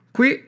Qui